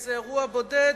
באיזה אירוע בודד,